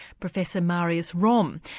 professor marius romme,